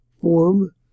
form